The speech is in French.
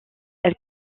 elle